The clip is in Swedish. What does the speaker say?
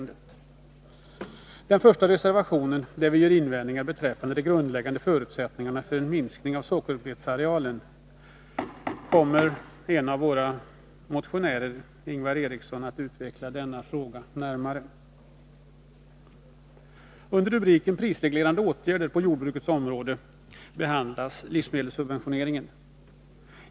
Den första reservationen, där vi gör invändningar beträffande de grundläggande förutsättningarna för en minskning av sockerbetsarealen, kommer att utvecklas närmare av en av motionärerna, Ingvar Eriksson. Under rubriken Prisreglerande åtgärder på jordbrukets område behandlas livsmedelssubventioneringen.